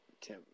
Tim